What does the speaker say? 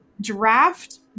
draft